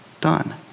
done